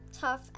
tough